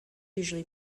usually